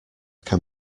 can